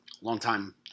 long-time